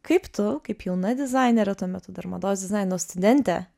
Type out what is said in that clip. kaip tu kaip jauna dizainerė tuo metu dar mados dizaino studentė